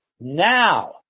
now